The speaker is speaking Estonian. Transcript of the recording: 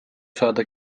saada